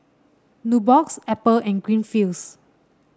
Nubox Apple and Greenfields